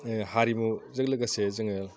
हारिमुजों लोगोसे जोङो